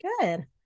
Good